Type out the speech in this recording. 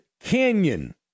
Canyon